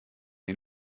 ihn